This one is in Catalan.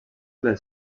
dels